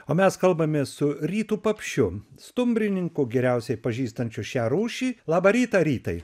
o mes kalbamės su rytu papšiu stumbrininku geriausiai pažįstančiu šią rūšį labą rytą rytai